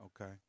Okay